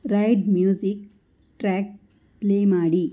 ride music track play ಮಾಡಿ